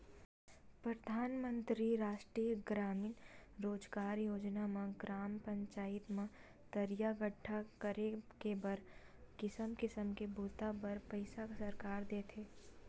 परधानमंतरी रास्टीय गरामीन रोजगार योजना म ग्राम पचईत म तरिया गड्ढ़ा करे के बर किसम किसम के बूता बर पइसा सरकार देथे